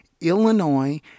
Illinois